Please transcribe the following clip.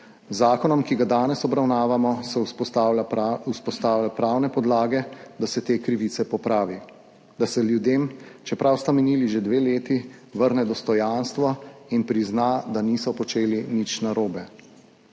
zakonom, ki ga danes obravnavamo, se vzpostavlja pravne podlage, da se te krivice popravi, da se ljudem, čeprav sta minili že dve leti, vrne dostojanstvo in prizna, da niso počeli nič narobe.